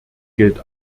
gilt